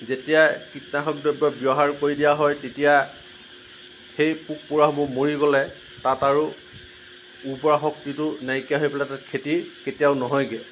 যেতিয়া কীটনাশক দ্ৰব্য় ব্য়ৱহাৰ কৰি দিয়া হয় তেতিয়া সেই পোক পৰুৱাসমূহ মৰি গ'লে তাত আৰু উৰ্বৰা শক্তিটো নাইকিয়া হৈ পেলাই তাত খেতি কেতিয়াও নহয়গৈ